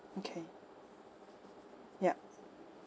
okay yup